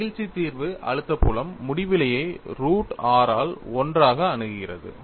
நெகிழ்ச்சி தீர்வு அழுத்த புலம் முடிவிலியை ரூட் r ஆல் 1 ஆக அணுகுகிறது